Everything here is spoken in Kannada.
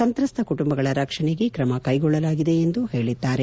ಸಂತ್ರಸ್ತ ಕುಟುಂಬಗಳ ರಕ್ಷಣೆಗೆ ತ್ರಮ ಕೈಗೊಳ್ಳಲಾಗಿದೆ ಎಂದು ಹೇಳದ್ದಾರೆ